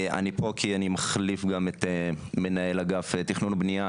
אני פה כי אני גם מחליף את מנהל אגף תכנון ובנייה,